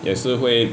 也是会